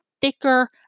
thicker